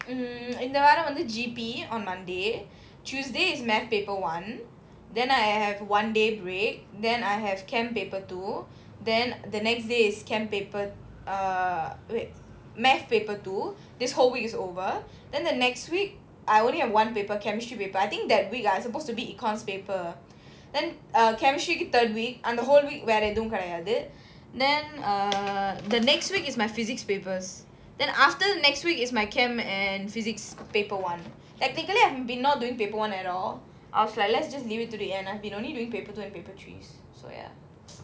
mm இந்த வாரம் வந்து:intha vaaram vanthu G_P on monday tuesday is mathematics paper one then I have one day break then I have chemistry paper two then the next day is chemistry paper uh wait mathematics paper two this whole week is over then the next week I only have one paper chemistry paper I think that week ah supposed to be economics paper then uh chemistry third week and the whole week வேற எதுவும் கெடயாது:vera ethuvum kedayaathu then err the next week is my physics papers then after next week is my camp and physics paper one technically I've been not doing paper one at all I was like let's just leave it to the end I've been only doing paper two and paper threes so ya